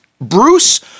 Bruce